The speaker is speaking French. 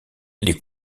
les